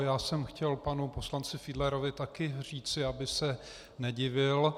Já jsem chtěl panu poslanci Fiedlerovi také říci, aby se nedivil.